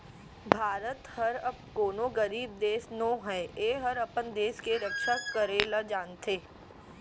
भारत हर अब कोनों गरीब देस नो हय एहर अपन देस के रक्छा करे ल जानथे